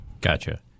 gotcha